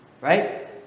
right